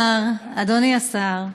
חבריי חברי הכנסת, אדוני השר,